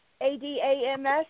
A-D-A-M-S